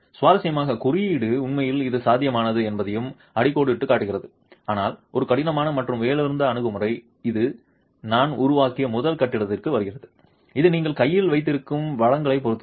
சுவாரஸ்யமாக குறியீடு உண்மையில் இது சாத்தியமானது என்பதையும் அடிக்கோடிட்டுக் காட்டுகிறது ஆனால் ஒரு கடினமான மற்றும் விலையுயர்ந்த அணுகுமுறை இது நான் உருவாக்கிய முதல் கட்டத்திற்கு வருகிறது இது நீங்கள் கையில் வைத்திருக்கும் வளங்களைப் பொறுத்தது